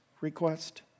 request